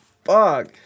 fuck